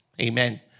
Amen